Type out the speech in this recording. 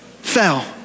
Fell